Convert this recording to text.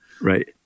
right